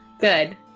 Good